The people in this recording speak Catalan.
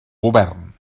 govern